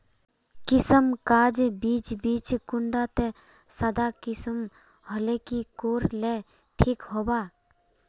किसम गाज बीज बीज कुंडा त सादा किसम होले की कोर ले ठीक होबा?